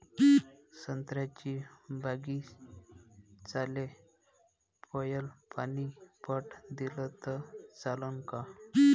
संत्र्याच्या बागीचाले पयलं पानी पट दिलं त चालन का?